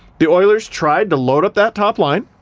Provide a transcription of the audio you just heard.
the oilers tried to load up that top line,